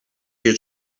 wie